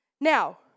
Now